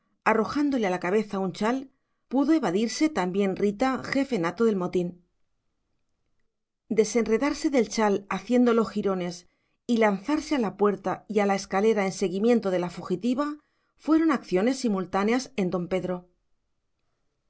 a la cabeza un chal pudo evadirse también rita jefe nato del motín desenredarse del chal haciéndolo jirones y lanzarse a la puerta y a la escalera en seguimiento de la fugitiva fueron acciones simultáneas en don pedro